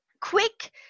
quick